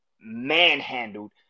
manhandled